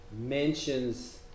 mentions